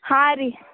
ಹಾಂ ರಿ